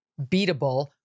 beatable